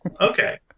Okay